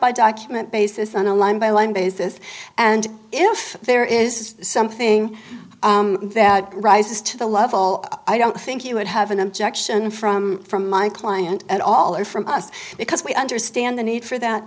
by document basis on a line by line basis and if there is something that rises to the level i don't think you would have an objection from from my client at all or from us because we understand the need for that